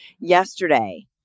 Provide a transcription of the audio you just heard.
Yesterday